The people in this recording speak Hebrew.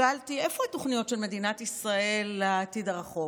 שאלתי: איפה התוכניות של מדינת ישראל לעתיד הרחוק,